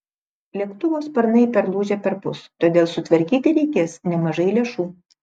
lėktuvo sparnai perlūžę perpus todėl sutvarkyti reikės nemažai lėšų